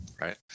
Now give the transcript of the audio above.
Right